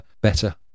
better